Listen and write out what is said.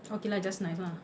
okay lah just nice lah